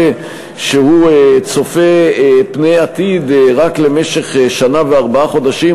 שהוא צופה פני עתיד רק למשך שנה וארבע חודשים,